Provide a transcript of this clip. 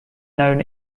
known